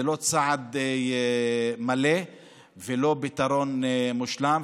זה לא צעד מלא ולא פתרון מושלם.